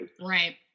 Right